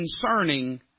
concerning